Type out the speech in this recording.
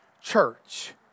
church